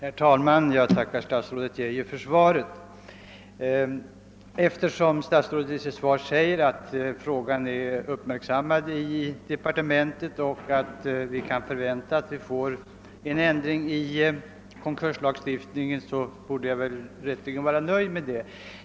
Herr talman! Jag tackar statsrådet Geijer för svaret. Eftersom statsrådet i sitt svar säger att frågan uppmärksammats i departementet och att vi kan förvänta att vi får en ändring i konkurslagen borde jag väl rätteligen vara nöjd.